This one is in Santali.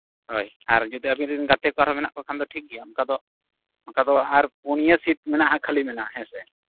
ᱦᱳᱭ ᱟᱨ ᱡᱩᱫᱤ ᱟᱹᱵᱤᱱ ᱨᱮᱱ ᱜᱟᱛᱮ ᱠᱚ ᱟᱨᱦᱚᱸ ᱢᱮᱱᱟᱜ ᱠᱚ ᱠᱷᱟᱱ ᱫᱚ ᱴᱷᱤᱠᱜᱮᱭᱟ ᱚᱱᱠᱟ ᱫᱚ ᱚᱱᱠᱟ ᱫᱚ ᱟᱨ ᱯᱩᱱᱭᱟᱹ ᱥᱤᱴ ᱢᱮᱱᱟᱜᱼᱟ ᱠᱷᱟᱞᱤ ᱢᱮᱱᱟᱜᱼᱟ ᱦᱮᱸᱥᱮ